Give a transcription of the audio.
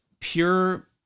pure